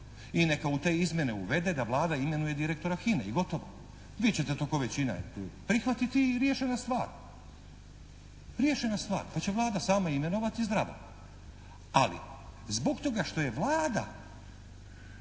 i neka u te izmjene uvede da Vlada imenuje direktora HINA-e i gotovo. Vi ćete kao većina prihvatiti i riješena stvar, riješena stvar pa će Vlada sama imenovati i zdravo, ali zbog toga što je Vlada